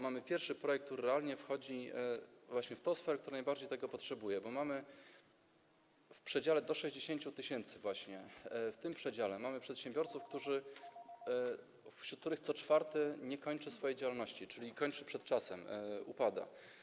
Mamy pierwszy projekt, który realnie wchodzi właśnie w tę sferę, która najbardziej tego potrzebuje, bo w przedziale do 60 tys., właśnie w tym przedziale, mamy przedsiębiorców, wśród których co czwarty nie kończy swojej działalności, czyli kończy przed czasem, upada.